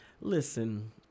Listen